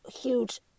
huge